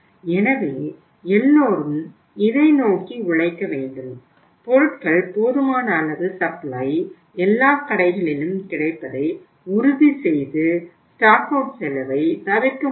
எனவே எல்லோரும் இதை நோக்கி உழைக்க வேண்டும் பொருட்கள் போதுமான அளவு சப்ளை எல்லா கடைகளிலும் கிடைப்பதை உறுதி செய்து ஸ்டாக் அவுட் செலவை தவிர்க்க முடியும்